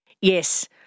yes